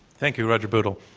thank you, roger bootle.